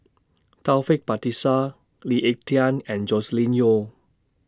Taufik Batisah Lee Ek Tieng and Joscelin Yeo